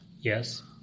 Yes